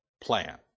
plan